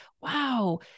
wow